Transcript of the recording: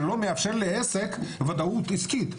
שלא מאפשרים לעסק ודאות עסקית.